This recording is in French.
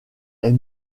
est